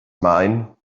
mine